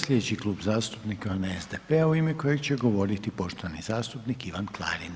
Sljedeći klub zastupnika onaj je SDP-a u ime kojeg će govoriti poštovani zastupnik Ivan Klarin.